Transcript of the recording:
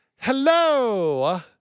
Hello